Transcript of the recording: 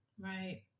Right